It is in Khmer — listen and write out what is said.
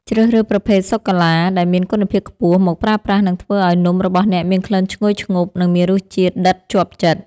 ជ្រើសរើសប្រភេទសូកូឡាដែលមានគុណភាពខ្ពស់មកប្រើប្រាស់នឹងធ្វើឱ្យនំរបស់អ្នកមានក្លិនឈ្ងុយឈ្ងប់ និងមានរសជាតិដិតជាប់ចិត្ត។